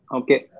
okay